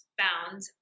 found